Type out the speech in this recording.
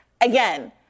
Again